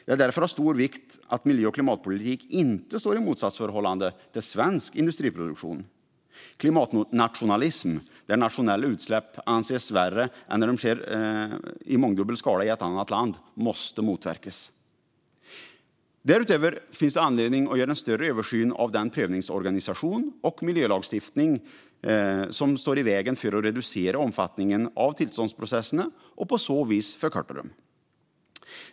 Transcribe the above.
Det är därför av stor vikt att miljö och klimatpolitik inte står i motsatsförhållande till svensk industriproduktion. Klimatnationalism, där nationella utsläpp anses värre än när de sker i mångdubbel skala i ett annat land, måste motverkas. Därutöver finns det anledning att göra en större översyn av den prövningsorganisation och miljölagstiftning som står i vägen för att reducera omfattningen av tillståndsprocesserna och på så vis förkorta dem.